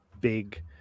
big